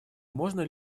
можно